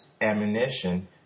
ammunition